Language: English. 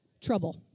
Trouble